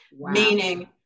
Meaning